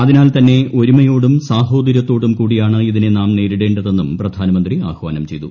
അതിനാൽ തന്നെ ഒരുമയോടും സാഹോദരൃത്തോടും കൂടിയാണ് ഇതിനെ നാം നേരിടേണ്ടതെന്നും പ്രധാനമന്ത്രിച്ചു ് ആഹ്വാനം ചെയ്തു